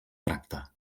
tracta